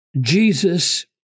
Jesus